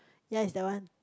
yea is that one